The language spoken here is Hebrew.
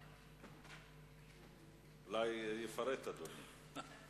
אולי יפרט אדוני.